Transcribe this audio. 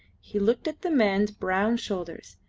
he looked at the man's brown shoulders,